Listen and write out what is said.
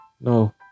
No